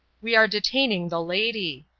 we are detaining the lady,